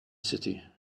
city